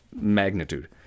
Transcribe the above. magnitude